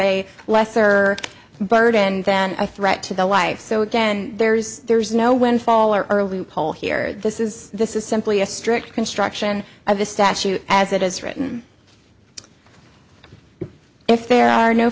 a lesser burden than i threat to the life so again there's there's no windfall or early poll here this is this is simply a strict construction of the statute as it is written if there are no